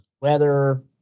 weather